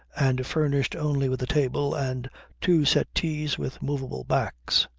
and furnished only with a table and two settees with movable backs.